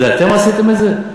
אתם עשיתם את זה?